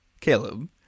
Caleb